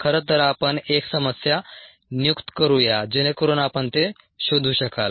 खरं तर आपण एक समस्या नियुक्त करूया जेणेकरून आपण ते शोधू शकाल